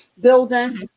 building